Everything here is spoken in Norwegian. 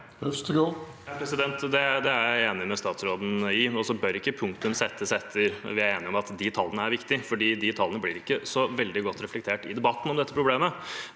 Øvstegård (SV) Det er jeg enig med statsråden i, og så bør ikke punktum settes når vi er enige om at de tallene er viktige, for de tallene blir ikke så veldig godt reflektert i debatten om dette problemet.